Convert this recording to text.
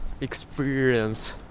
experience